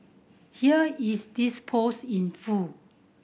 here is dis post in full